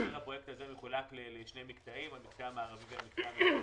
הפרויקט הזה מחולק לשני מקטעים: מקטע מערבי ומקטע מזרחי.